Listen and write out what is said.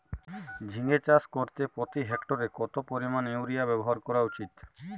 ঝিঙে চাষ করতে প্রতি হেক্টরে কত পরিমান ইউরিয়া ব্যবহার করা উচিৎ?